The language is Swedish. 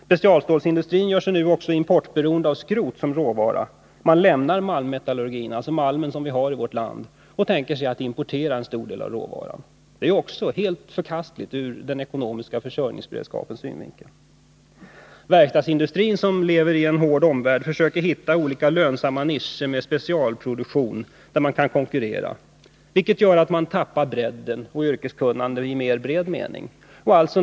Specialstålsindustrin gör sig nu också importberoende när det gäller skrot som råvara. Man lämnar malmmetallurgin, dvs. den malm som finns i vårt land, och avser att importera en stor del av råvaran. Också det är helt förkastligt ur den ekonomiska försörjningsberedskapens synvinkel. Verkstadsindustrin, som lever i en hård omvärld, försöker hitta lönsamma ”nischer” med specialproduktion, där man kan konkurrera. Det gör att yrkeskunnande i bred mening går förlorad.